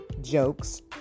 jokes